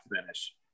finish